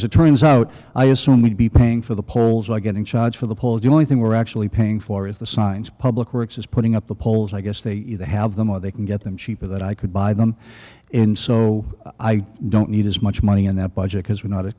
as it turns out i assume we'd be paying for the poles are getting charged for the pole is the only thing we're actually paying for is the signs public works is putting up the poles i guess they either have them or they can get them cheaper that i could buy them in so i don't need as much money in that budget because we're not